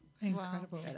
Incredible